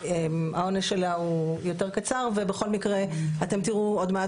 העונש שלה הוא יותר קצר ובכל מקרה אתם תראו עוד מעט